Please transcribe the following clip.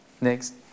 next